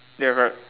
ya correct